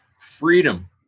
freedom